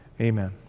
Amen